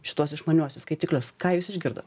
šituos išmaniuosius skaitiklius ką jūs išgirdot